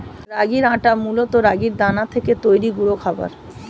রাগির আটা মূলত রাগির দানা থেকে তৈরি গুঁড়ো খাবার